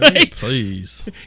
please